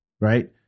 right